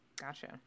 Gotcha